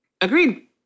Agreed